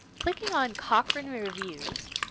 clicking on cochrane reviews